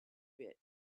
bit